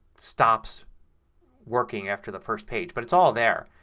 stops working after the first page. but it's all there.